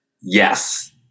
Yes